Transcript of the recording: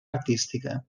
artística